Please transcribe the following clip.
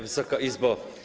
Wysoka Izbo!